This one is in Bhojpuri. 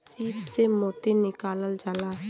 सीप से मोती निकालल जाला